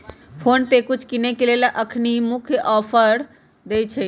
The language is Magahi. फोनपे कुछ किनेय के लेल अखनी कुछ ऑफर देँइ छइ